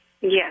Yes